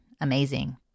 amazing